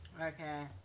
okay